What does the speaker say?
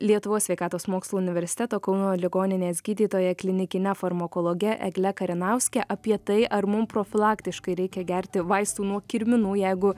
lietuvos sveikatos mokslų universiteto kauno ligoninės gydytoja klinikine farmakologe egle karinauske apie tai ar mum profilaktiškai reikia gerti vaistų nuo kirminų jeigu